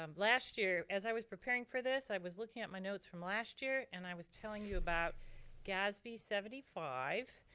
um last year, as i was preparing for this, i was looking at my notes from last year and i was telling you about gasb seventy five,